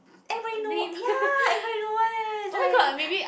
everybody know ya everybody know one leh it's like